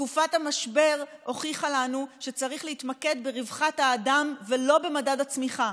תקופת המשבר הוכיחה לנו שצריך להתמקד ברווחת האדם ולא במדד הצמיחה.